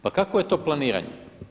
Pa kakvo je to planiranje?